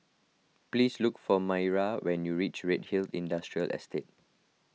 please look for Mireya when you reach Redhill Industrial Estate